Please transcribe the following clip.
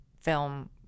film